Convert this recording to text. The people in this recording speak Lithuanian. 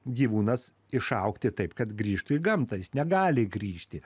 gyvūnas išaugti taip kad grįžtų į gamtą jis negali grįžti